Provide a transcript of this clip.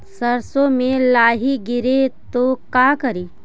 सरसो मे लाहि गिरे तो का करि?